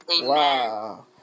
Wow